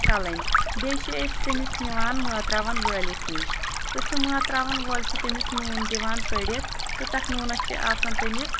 چھلٕنۍ بیٚیہِ چھِ أسۍ تٔمِس نِوان مٲتراون وٲلِس نِش تہٕ سُہ مٲتراون وول چھ تٔمِس نوٗن دِوان پٔرِتھ تہٕ تتھ نوٗنس چھ آسان تٔمِس